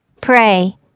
pray